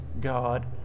God